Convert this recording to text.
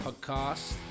podcast